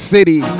City